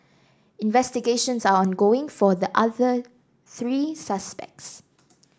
investigations are ongoing for the other three suspects